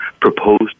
proposed